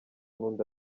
n’undi